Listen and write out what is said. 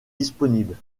disponible